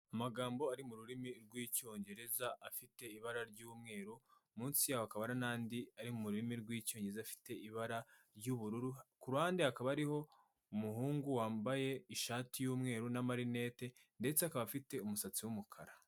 Amagambo ari mu rurimi rw'icyongereza afite ibara ry'umweru, munsi yaho hakaba hari n'andi ari mu rurimi rw'icyongereza afite ibara ry'ubururu, ku ruhande hakaba hariho umuhungu wambaye ishati y'umweru n'amarinete ndetse akaba afite umusatsi w'umukara.